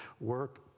work